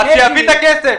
אז שיביא את הכסף.